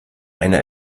einer